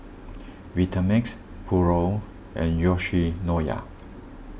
Vitamix Pura and Yoshinoya